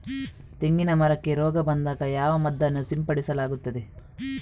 ತೆಂಗಿನ ಮರಕ್ಕೆ ರೋಗ ಬಂದಾಗ ಯಾವ ಮದ್ದನ್ನು ಸಿಂಪಡಿಸಲಾಗುತ್ತದೆ?